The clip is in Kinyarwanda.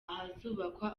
ahazubakwa